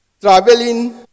traveling